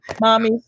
Mommy